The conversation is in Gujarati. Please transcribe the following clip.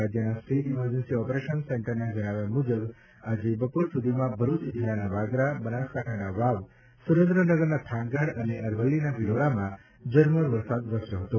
રાજ્યના સ્ટેટ ઇમરજન્સી ઓપરેશન સેન્ટરના જણાવ્યા મુજબ આજે બપોર સુધીમાં ભરૂચ જિલ્લાનાં વાગરા બનાસકાંઠાનાં વાવ સુરેન્દ્રનગરના થાનગઢ અને અરવલ્લીના ભિલોડામાં ઝરમર વરસાદ વરસ્યો હતો